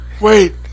wait